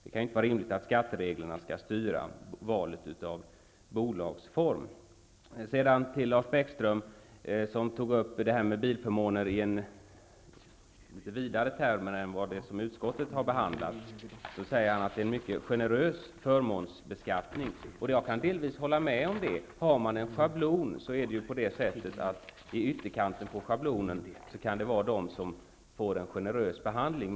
Det kan inte vara rimligt att skattereglerna skall styra valet av bolagsform. Lars Bäckström tog upp frågan om bilförmåner i litet vidare bemärkelse än utskottet. Han talar om en mycket generös förmånsbeskattning. Delvis håller jag med honom i det avseendet. I ytterkanten så att säga av en schablon kan det förekomma att vissa får en generös behandling.